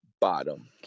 bottom